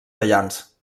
tallants